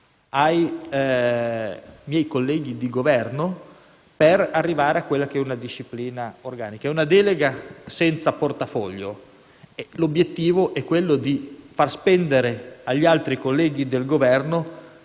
ai miei colleghi di Governo per arrivare a una disciplina organica. È una delega senza portafoglio, in quanto l'obiettivo è quello di far spendere agli altri colleghi del Governo,